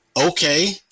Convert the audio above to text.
Okay